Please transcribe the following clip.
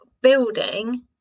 building